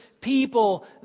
people